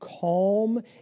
calm